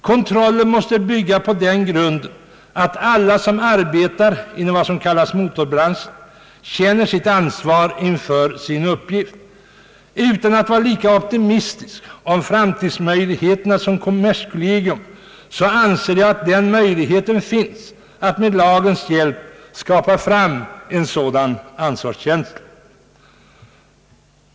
Kontrollen måste bygga på den grunden att alla som arbetar inom vad som kallas motorbranschen känner ansvar inför sin uppgift. Utan att vara lika optimistisk om framtidsutsikterna som kommerskollegium anser jag att möjlighet finns att med lagens hjälp skapa en sådan ansvarskänsla.